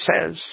says